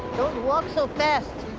don't walk so fast.